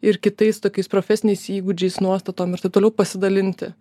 ir kitais tokiais profesiniais įgūdžiais nuostatom ir taip toliau pasidalinti